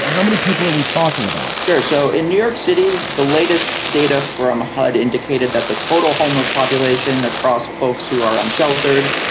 ah how many people are we talking about? sure. so in new york city, the latest data from hud indicated that the total homeless population across folks who are unsheltered,